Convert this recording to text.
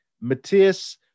Matthias